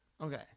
Okay